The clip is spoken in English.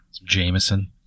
Jameson